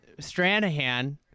Stranahan